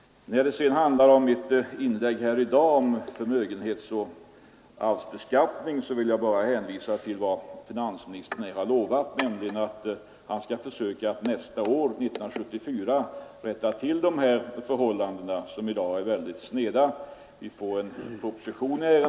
Vad sedan beträffar mitt inlägg här i dag om förmögenhetsoch arvsbeskattning vill jag bara hänvisa till vad finansministern lovat. Han skall försöka att till 1974 rätta till dessa förhållanden som för närvarande är sneda. Vi får en proposition i ärendet.